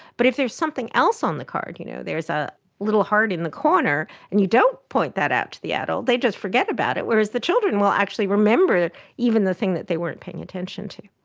but if there's something else on the card, you know, there's a little heart in the corner and you don't point that out to the adult, they just forget about it, whereas the children will actually remember even the thing that they weren't paying attention to.